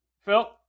Phil